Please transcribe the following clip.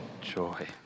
Joy